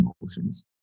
emotions